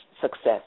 success